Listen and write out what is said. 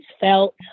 felt